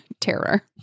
Terror